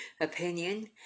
opinion